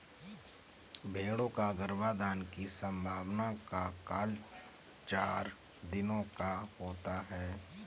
भेंड़ों का गर्भाधान की संभावना का काल चार दिनों का होता है